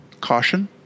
Caution